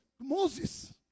Moses